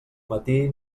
matí